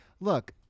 look